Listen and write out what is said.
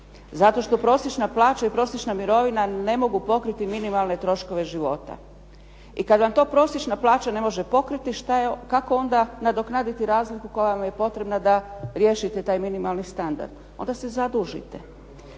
Zato što prosječna plaća i prosječna mirovina ne mogu pokriti minimalne troškove života i kad vam to prosječna plaća ne može pokriti, kako onda nadoknaditi razliku koja vam je potrebna da riješite taj minimalni standard, onda se zadužite.